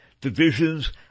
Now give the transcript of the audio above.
divisions